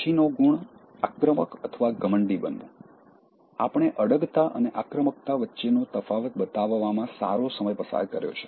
પછીનો ગુણ આક્રમક ઘમંડી બનવું આપણે અડગતા અને આક્રમકતા વચ્ચેનો તફાવત બતાવવામાં સારો સમય પસાર કર્યો છે